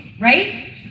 right